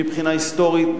מבחינה היסטורית,